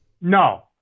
no